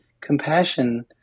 compassion